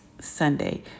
Sunday